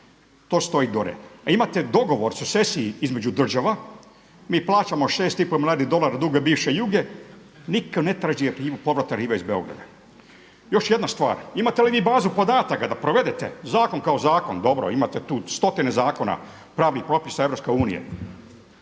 to stoji dole. A imate dogovor … između država, mi plaćamo 6,5 milijardi dolara duga bivše Juge, nitko ne traži … arhive iz Beograda. Još jedna stvar, imate li bazu podataka da provedete zakon kao zakon, dobro imate tu stotine zakona, pravnih propisa EU, ne